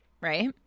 Right